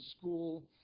school